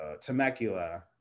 Temecula